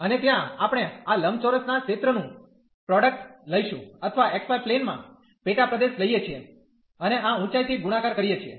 અને ત્યાં આપણે આ લંબચોરસના ક્ષેત્રનું પ્રોડકટ લઈશું અથવા xy પ્લેન માં પેટા પ્રદેશ લઈએ છીએ અને આ ઉચાઈ થી ગુણાકાર કરીએ છીએ